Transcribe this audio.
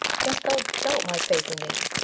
canst thou doubt my faith in thee?